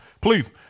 Please